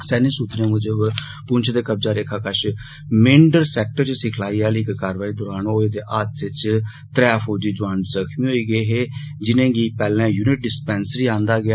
सेन्य सूत्रें मूजब पुंछ दे कब्जा रेखा कशमेंढर सेक्टर च सिखलाई आली इक कारवाई दरान होए दे हादसे च त्रै फौजी जुआन जख्मी होई गे जिनेंगी पैहले यूनिट डिसपैंसरी आंदा गेआ